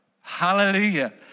Hallelujah